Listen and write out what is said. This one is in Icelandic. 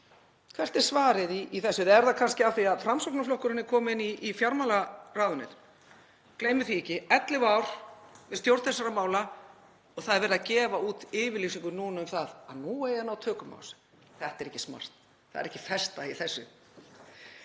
Hvert er svarið í þessu? Eða er það kannski af því að Framsóknarflokkurinn er kominn í fjármálaráðuneytið? Gleymum því ekki: 11 ár við stjórn þessara mála og það er verið að gefa út yfirlýsingu núna um að nú eigi að ná tökum á þessu. Þetta er ekki smart. Það er ekki festa í þessu.